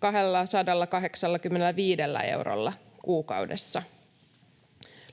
285 eurolla kuukaudessa.